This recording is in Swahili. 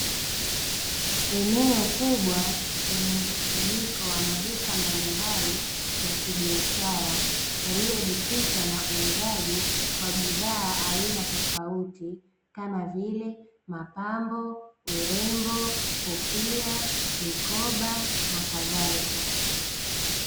Eneo kubwa lenye mkusanyiko wa maduka mbalimbali, ya kibiashara yaliyojikita na uuzali wa bidhaa aina tofauti, kama vile: mapambo, urembo, kofia, mikoba na kadhalika.